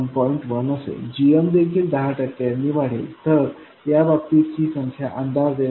1 असेल gm देखील दहा टक्क्यांनी वाढेल तर या बाबतीत ही संख्या अंदाजे 1